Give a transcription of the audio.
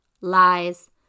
lies